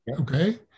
okay